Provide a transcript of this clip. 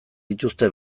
dituzte